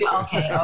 okay